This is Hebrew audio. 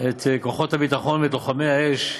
את כוחות הביטחון ואת לוחמי האש,